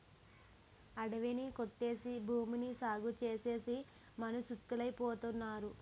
అడివి ని కొట్టేసి భూమిని సాగుచేసేసి మనుసులేటైపోతారో